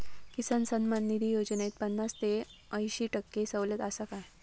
किसान सन्मान निधी योजनेत पन्नास ते अंयशी टक्के सवलत आसा काय?